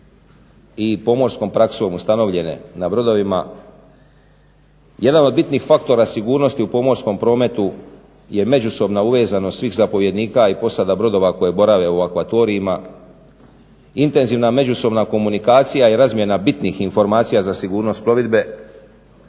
i pomorskom praksom ustanovljene na brodovima jedan od bitnih faktora sigurnosti u pomorskom prometu je međusobna uvezanost svih zapovjednika i posada brodova koje borave u akvatorijima, intenzivna međusobna komunikacija i razmjena bitnih informacija za sigurnost plovidbe